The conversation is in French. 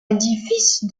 édifice